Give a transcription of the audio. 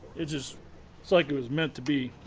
its just it's like it was meant to be!